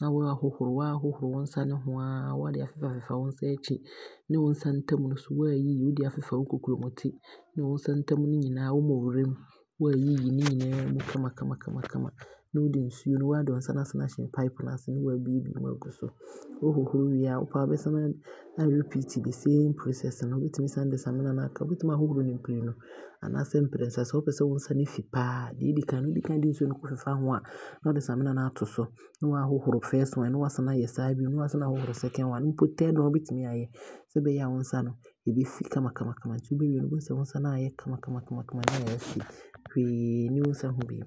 na waahohoro, aahohoro wo nsa no saaa na wode aafefa wo nsa akyi, ne wo nsa ntam no nso waayiyi ne wo aafefa wo kokomoti no nso ne wo nsa ntam no nyinaa wo bɔwerɛ mu na waayiyi ne nyinaa mu kamakama na wode nsuo no, wo aa wode wo nsa aahyɛ pipe no ase na waabie bio aagu so, wohohoro wie a wopɛ a wo bɛsan a repeat the same process no, wotumi san de samina aaka ho, wobɛtumi aahohoro no mprenu anaa mprɛnsa sɛ wopɛsɛ wo nsa no fi paa. Deɛ ɔdi kan no wodi kan de nsuo ɛfefa ho a na wode samina aato so, na waahohoro First one, na waasane aayɛ saa bio na waahohoro second one, mpo third one wobɛtumi aayɛ sɛ ɛbɛyɛ a wo nsa no ɛbɛfi kamakama nti wobɛwie no wobɛhu sɛ wo nsa no aayɛ kama kama kama na aayɛ fɛ hwee nni wo nsa ho bio.